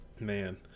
Man